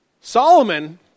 Solomon